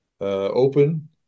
open